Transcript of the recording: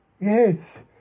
Yes